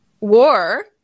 war